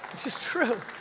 just true.